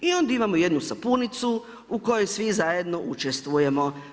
I onda imamo jednu sapunicu u kojoj svi zajedno učestvujemo.